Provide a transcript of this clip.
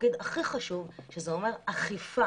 התפקיד הכי חשוב, שזה אומר אכיפה.